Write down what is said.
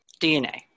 DNA